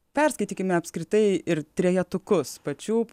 perskaitykime apskritai ir trejetukus pačių